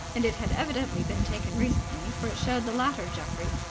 and it had evidently been taken recently, for it showed the later geoffrey,